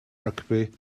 rygbi